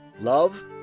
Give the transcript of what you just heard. love